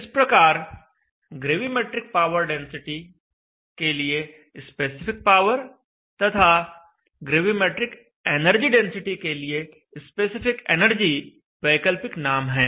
इस प्रकार gravimetric power density के लिए स्पेसिफिक पावर तथा ग्रेविमेट्रिक एनर्जी डेंसिटी के लिए स्पेसिफिक एनर्जी वैकल्पिक नाम हैं